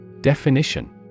Definition